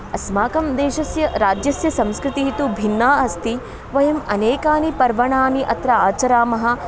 अस्माकं देशस्य राज्यस्य संस्कृतिः तु भिन्ना अस्ति वयम् अनेकानि पर्वाणि अत्र आचरामः